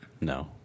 No